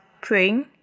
praying